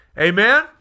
amen